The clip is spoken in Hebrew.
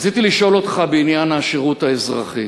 רציתי לשאול אותך בעניין השירות האזרחי.